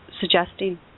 suggesting